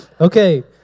Okay